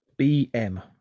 BM